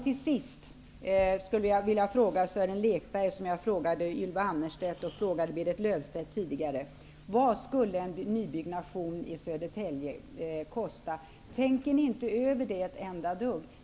Till sist skulle jag vilja fråga Sören Lekberg, det som jag frågade Ylva Annerstedt och Berit Löfstedt tidigare: Vad skulle en nybyggnation i Södertälje kosta? Tänker ni inte ett enda dugg på det?